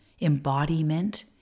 Embodiment